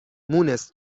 مونس